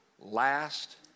last